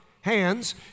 Hands